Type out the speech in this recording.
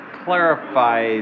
clarify